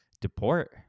deport